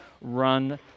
run